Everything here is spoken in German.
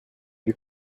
wir